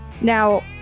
Now